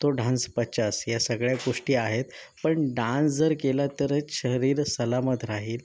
तो ढान्स पचास या सगळ्या गोष्टी आहेत पण डान्स जर केला तरच शरीर सलामत राहील